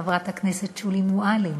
חברת הכנסת שולי מועלם,